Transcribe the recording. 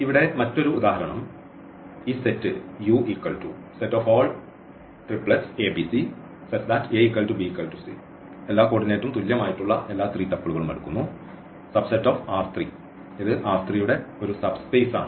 ഇവിടെ മറ്റൊരു ഉദാഹരണം ഈ സെറ്റ് എന്നത് ന്റെ സബ് സ്പേസ് ആണ്